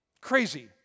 Crazy